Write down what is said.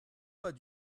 pas